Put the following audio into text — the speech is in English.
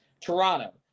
Toronto